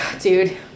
dude